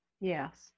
yes